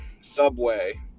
subway